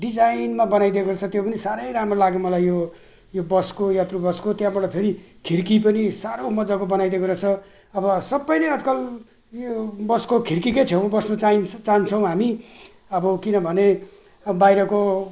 डिजाइनमा बनाइदिएको रहेछ त्यो पनि साह्रै राम्रो लाग्यो मलाई यो यो बसको यात्रु बसको त्यहाँबाट फेरि खिर्की पनि साह्रो मजाको बनाइदिएको रहेछ अब सबैले आजकल यो बसको खिर्कीकै छेउमा बस्न चाहिँ चाहन्छौँ हामी अब किनभने बाहिरको